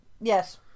Yes